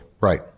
Right